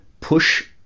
push